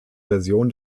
version